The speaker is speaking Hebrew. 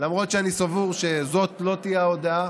למרות שאני סבור שזאת לא תהיה ההודעה,